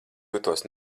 jūtos